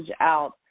out